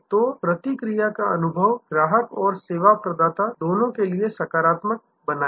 तो प्रतिक्रिया का अनुभव ग्राहक और सेवा प्रदाता दोनों के लिए सकारात्मक बनाएं